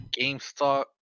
GameStop